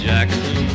Jackson